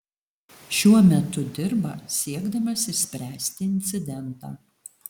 šiuo metu dirba siekdamas išspręsti incidentą